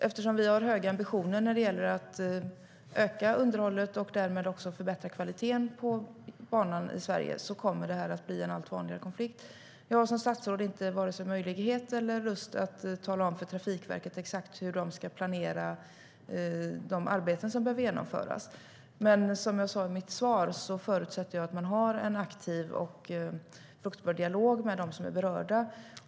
Eftersom vi har höga ambitioner när det gäller att öka underhållet och därmed också förbättra kvaliteten på banan i Sverige kommer detta att bli en allt vanligare konflikt. Som statsråd har jag varken möjlighet eller lust att tala om för Trafikverket exakt hur man ska planera de arbeten som behöver genomföras. Men som jag sa i mitt svar förutsätter jag att man har en aktiv och fruktbar dialog med dem som är berörda.